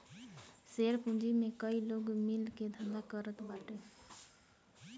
share पूंजी में कई लोग मिल के धंधा करत बाटे